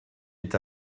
est